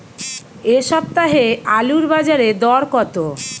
এ সপ্তাহে আলুর বাজারে দর কত?